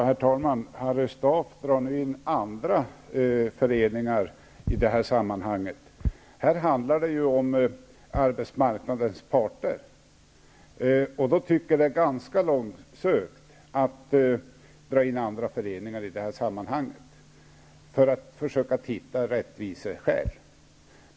Herr talman! Harry Staaf drar nu in andra föreningar i det här sammanhanget. Här handlar det ju om arbetsmarknadens parter. Vi tycker att det då är ganska långsökt att dra in andra föreningar för att försöka hitta några rättviseskäl i detta sammanhang.